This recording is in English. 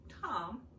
Tom